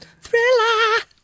Thriller